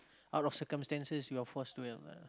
out of circumstances you are forced to